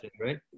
right